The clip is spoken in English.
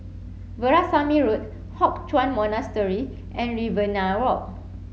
Veerasamy Road Hock Chuan Monastery and Riverina Walk